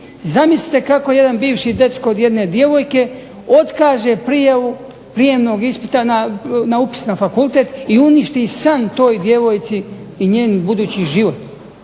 zamislite kako jedan bivši dečko jedne djevojke otkaže prijavu prijemnog ispita na upis na fakultet i uništi san toj djevojci i njen budući život.